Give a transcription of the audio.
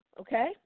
okay